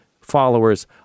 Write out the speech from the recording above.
followers